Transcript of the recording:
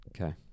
Okay